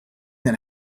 that